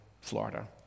Florida